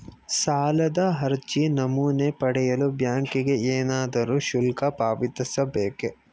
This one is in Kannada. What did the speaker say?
ಸಾಲದ ಅರ್ಜಿ ನಮೂನೆ ಪಡೆಯಲು ಬ್ಯಾಂಕಿಗೆ ಏನಾದರೂ ಶುಲ್ಕ ಪಾವತಿಸಬೇಕೇ?